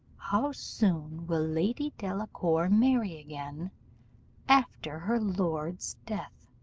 how soon will lady delacour marry again after her lord's death